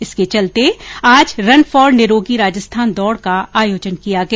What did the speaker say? इसके चलते आज रन फोर निरोगी राजस्थान दौड का आयोजन किया गया